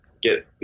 get